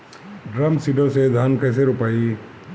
Drum seeder से धान कैसे रोपाई?